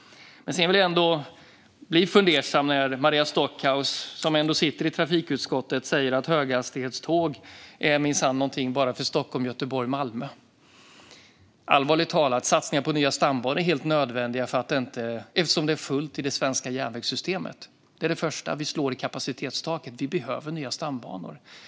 Jag blir ändå fundersam när jag hör Maria Stockhaus, som sitter i trafikutskottet, säga att höghastighetståg minsann bara är någonting för Stockholm, Göteborg och Malmö. Allvarligt talat: Satsningar på nya stambanor är helt nödvändiga, eftersom det är fullt i det svenska järnvägssystemet. Det är det första. Vi slår i kapacitetstaket. Vi behöver nya stambanor.